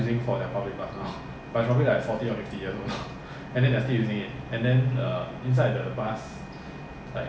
when it come in to singapore is all err chassis and engine 没没有椅子没有克